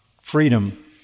freedom